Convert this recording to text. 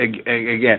again